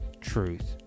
truth